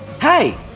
Hey